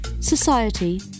society